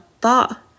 thought